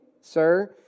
sir